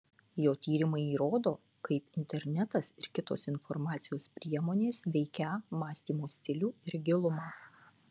jo tyrimai įrodo kaip internetas ir kitos informacijos priemonės veikią mąstymo stilių ir gilumą